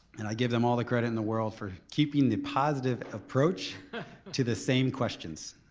and i give them all the credit in the world for keeping the positive approach to the same questions.